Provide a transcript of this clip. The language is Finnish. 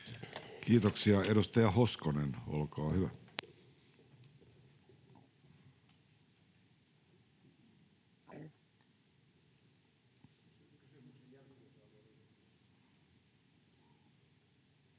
Kiitoksia. — Edustaja Hoskonen, olkaa hyvä. [Speech